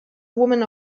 woman